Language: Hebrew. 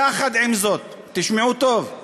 יחד עם זאת, תשמעו טוב,